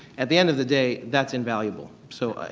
at the end of the day that's invaluable. so